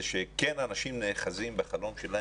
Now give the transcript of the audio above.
זה שכן אנשים נאחזים בחלום שלהם.